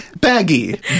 Baggy